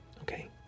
Okay